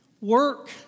work